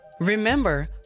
Remember